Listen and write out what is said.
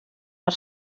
per